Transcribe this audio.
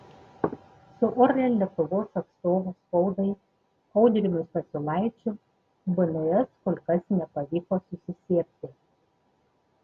su orlen lietuvos atstovu spaudai audriumi stasiulaičiu bns kol kas nepavyko susisiekti